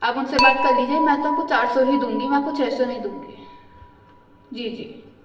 آپ ان سے بات کر لیجیے میں تو آپ کو چار سو ہی دوں گی میں آپ کو چھ نہیں دوں گی جی جی